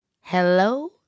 Hello